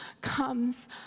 comes